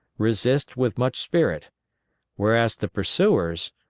resist with much spirit whereas the pursuers,